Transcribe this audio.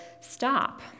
stop